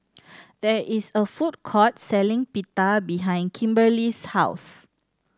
there is a food court selling Pita behind Kimberley's house